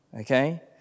okay